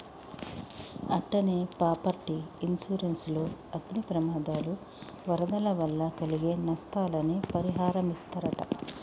అట్టనే property insurance లో అగ్ని ప్రమాదాలు, వరదల వల్ల కలిగే నస్తాలని పరిహారమిస్తరట